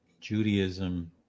Judaism